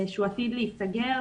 שהוא עתיד להיסגר.